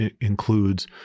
includes